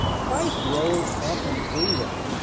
price rose up and through that.